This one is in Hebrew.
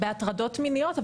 בהטרדות מיניות,